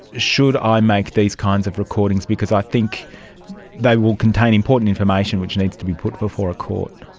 should i make these kinds of recordings because i think they will contain important information which needs to be put before a court?